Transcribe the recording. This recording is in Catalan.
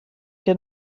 que